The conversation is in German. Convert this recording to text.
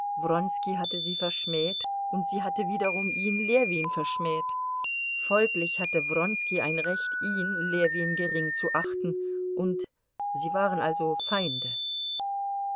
hatte sie verschmäht und sie hatte wiederum ihn ljewin verschmäht folglich hatte wronski ein recht ihn ljewin gering zu achten und sie waren also feinde